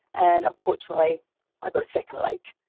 and unfortunately i got a second like